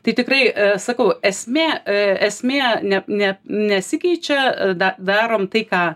tai tikrai sakau esmė esmė ne ne nesikeičia da darom tai ką